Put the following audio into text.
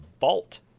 Vault